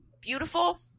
beautiful